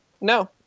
no